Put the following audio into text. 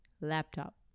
laptop